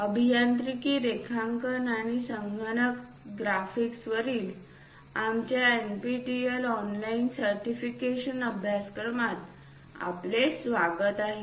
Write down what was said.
अभियांत्रिकी रेखांकन आणि संगणक ग्राफिक्स वरील आमच्या NPTEL ऑनलाइन सर्टिफिकेशन अभ्यासक्रमात आपले स्वागत आहे